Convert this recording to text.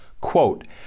Quote